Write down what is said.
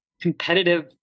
competitive